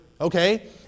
okay